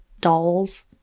dolls